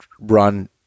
run